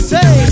Say